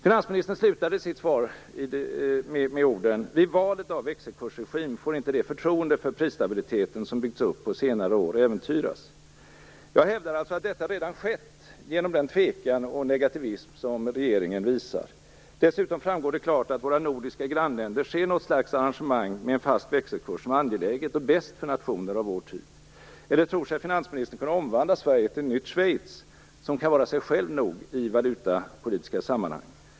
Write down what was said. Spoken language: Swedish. Finansministern slutade sitt svar med orden: "Vid valet av växelkursregim får inte det förtroende för prisstabiliteten som byggts upp på senare år äventyras." Jag hävdar att detta redan har skett genom den tvekan och negativism som regeringen visar. Dessutom framgår det klart att våra nordiska grannländer ser något slags arrangemang med en fast växelkurs som angeläget och bäst för nationer av vår typ. Eller tror sig finansministern kunna omvandla Sverige till ett nytt Schweiz, som kan vara sig självt nog i valutapolitiska sammanhang?